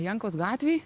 jankaus gatvei